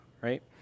right